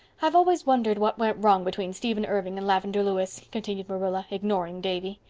i've always wondered what went wrong between stephen irving and lavendar lewis, continued marilla, ignoring davy.